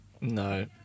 No